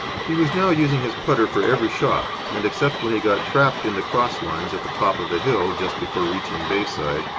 he was now using his putter for every shot, and, except when he got trapped in the cross-lines at the top of the hill just before reaching bayside,